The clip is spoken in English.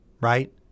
right